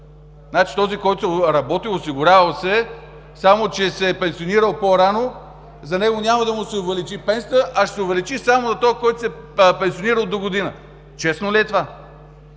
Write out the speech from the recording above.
Значи този, който е работил, осигурявал се е, но се е пенсионирал по-рано, на него няма да му се увеличи пенсията, а ще се увеличи само на този, който се пенсионира от догодина? Честно ли е това?